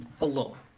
alone